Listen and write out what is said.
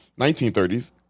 1930s